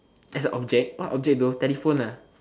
as a object what object though telephone ah